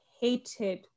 hated